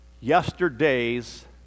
yesterday's